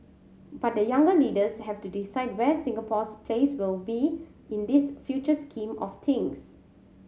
but the younger leaders have to decide where Singapore's place will be in this future scheme of things